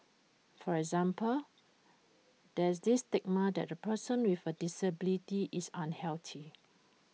for example there's this stigma that A person with A disability is unhealthy